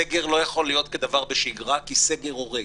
סגר לא יכול להיות כדבר בשגרה, כי סגר הורג.